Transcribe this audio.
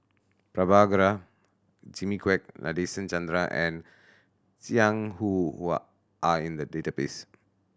Prabhakara Jimmy Quek Nadasen Chandra and Jiang Hu are in the database